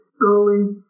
early